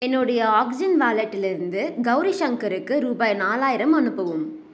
என்னுடைய ஆக்ஸிஜன் வாலெட்டிலிருந்து கௌரி சங்கருக்கு ரூபாய் நாலாயிரம் அனுப்பவும்